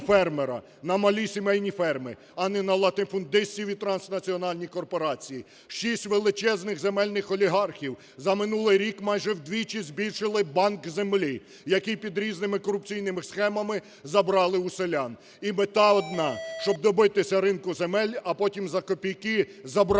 на малі сімейні ферми, а не на латифундистів і транснаціональні корпорації. Шість величезних земельних олігархів за минулий рік майже вдвічі збільшили банк землі, який під різними корупційними схемами забрали у селян. І мета одна: щоб добитися ринку земель, а потім за копійки забрати